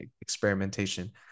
experimentation